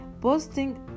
posting